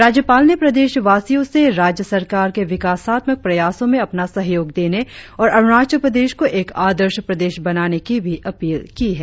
राज्यपाल ने प्रदेशवासियों से राज्य सरकार के विकासात्मक प्रयासों में अपना सहयोग देंगे और अरुणाचल प्रदेश को एक आदर्श प्रदेश बनाने की भी अपील की है